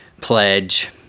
pledge